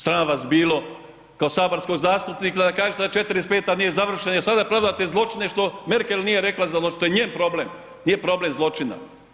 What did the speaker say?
Sram vas bilo kao saborskog zastupnika da kažete da '45. nije završena jel sada pravdate zločine što Merkel nije rekla …/nerazumljivo/… što je njen problem, nije problem zločina.